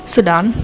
Sudan